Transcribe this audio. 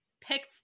picked